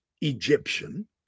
Egyptian